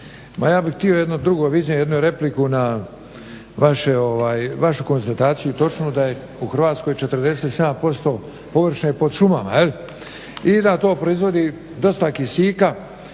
ja bih htio jedno drugo, iznijeti jednu repliku na vašu konstataciju točnu da je u Hrvatskoj 47% površine pod šumama jel'. I da to proizvodi dosta kisika,